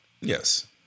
yes